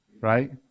right